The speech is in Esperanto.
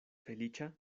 feliĉa